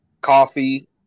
coffee